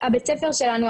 הבית ספר שלנו,